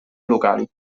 locali